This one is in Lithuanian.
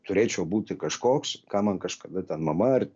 turėčiau būti kažkoks ką man kažkada ten mama ar